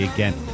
Again